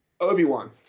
obi-wan